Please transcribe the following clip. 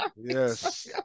Yes